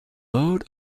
load